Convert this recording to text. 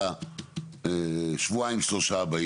יצאה כבר GO או לא?